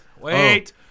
Wait